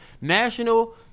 National